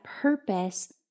purpose